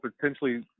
potentially